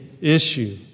issue